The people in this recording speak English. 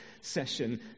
session